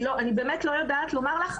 אני באמת לא יודעת לומר לך.